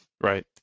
Right